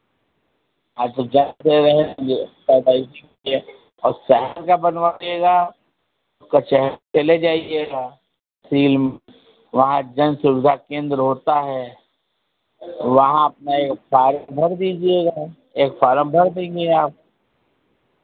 हाँ तो जन्म से रहे हैं पैदाइशी से और शहर का बनवाइएगा कचहरी पहले जाइएगा फिर वहाँ जन सुविधा केंद्र होता है वहाँ अपना ये फॉर्म भर दीजिएगा एक फॉर्म भर दीजिए आप